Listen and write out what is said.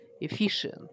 efficient